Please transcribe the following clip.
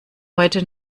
heute